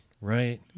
Right